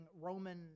Roman